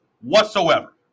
whatsoever